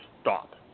stop